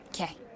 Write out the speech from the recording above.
okay